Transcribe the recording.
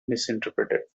misinterpreted